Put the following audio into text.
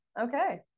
Okay